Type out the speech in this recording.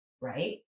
right